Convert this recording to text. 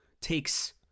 takes